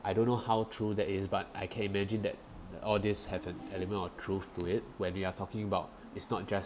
I don't know how true that is but I can imagine that all these have an element of truth to it when you are talking about it's not just